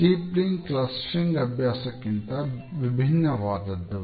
stapling clustering ಅಭ್ಯಾಸಕ್ಕಿಂತ ವಿಭಿನ್ನವಾದದ್ದು